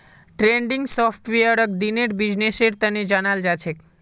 trending सॉफ्टवेयरक दिनेर बिजनेसेर तने जनाल जाछेक